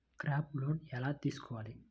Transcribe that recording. Crop loan ఎలా తీసుకోవాలి?